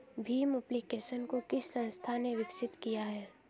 Bhim application को किस संस्था ने विकसित किया है?